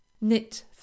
Knit